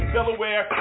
Delaware